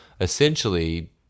essentially